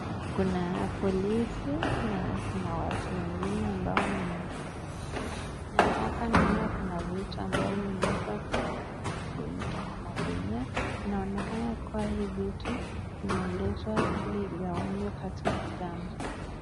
Kuna polisi na kuna watu wengine ambao ni raia na hapa naona kuna vitu ambayo ime wekwa kwenye magunia, ina onekana kuwa hii vitu imeletwa ili igawanywe katika jana.